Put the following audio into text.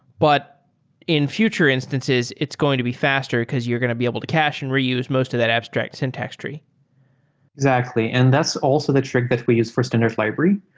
but in future instances, it's going to be faster because you're going to be able to cache and reuse most of that abstract syntax tree exactly, and that's also the trick that we used fi rst in our library.